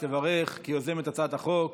חברת הכנסת קרן ברק תברך כיוזמת הצעת החוק.